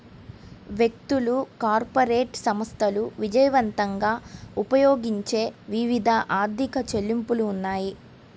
వ్యక్తులు, కార్పొరేట్ సంస్థలు విజయవంతంగా ఉపయోగించే వివిధ ఆర్థిక చెల్లింపులు ఉన్నాయి